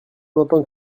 entend